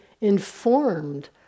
informed